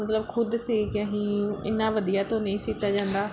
ਮਤਲਬ ਖੁਦ ਸਿਊਂ ਕੇ ਅਸੀਂ ਇੰਨਾ ਵਧੀਆ ਤਾਂ ਨਹੀਂ ਸੀਤਾ ਜਾਂਦਾ